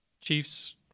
Chiefs